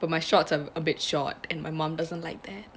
but my shorts are a bit short and my mom doesn't like that